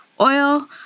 oil